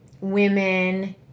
women